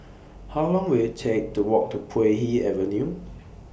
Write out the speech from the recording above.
How Long Will IT Take to Walk to Puay Hee Avenue